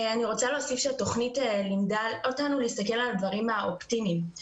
אני רוצה להוסיף שהתוכנית לימדה אותנו להסתכל על הדברים האופטימיים.